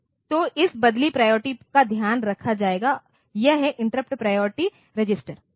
तो इस बदलती प्रायोरिटी का ध्यान रखा जाएगा यह है इंटरप्ट प्रायोरिटी रजिस्टर